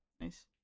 Nice